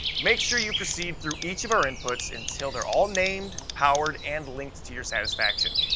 make sure you proceed through each of our inputs until they're all named, powered, and linked to your satisfaction.